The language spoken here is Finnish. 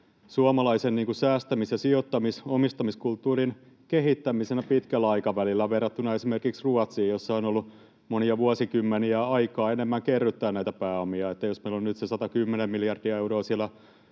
suomalaisen säästämis-, sijoittamis- ja omistamiskulttuurin kehittämisenä pitkällä aikavälillä verrattuna esimerkiksi Ruotsiin, jossa on ollut monia vuosikymmeniä enemmän aikaa kerryttää näitä pääomia. Jos meillä on nyt se 110 miljardia euroa